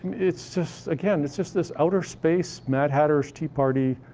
it's just again, it's just this outer space, mad hatter's tea party.